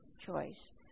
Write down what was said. choice